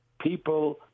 people